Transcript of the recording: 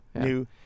new